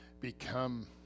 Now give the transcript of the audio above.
become